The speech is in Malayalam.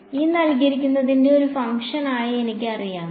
ന്റെ ഒരു ഫംഗ്ഷൻ ആയി എനിക്ക് അറിയാമോ